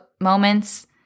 moments